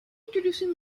introducing